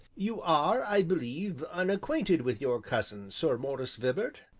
you are, i believe, unacquainted with your cousin, sir maurice vibart?